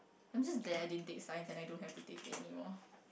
I'm just glad I didn't take science and I don't have to take it anymore